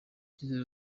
icyizere